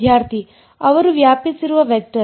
ವಿದ್ಯಾರ್ಥಿ ಅವರು ವ್ಯಾಪಿಸಿರುವ ವೆಕ್ಟರ್